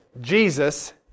Jesus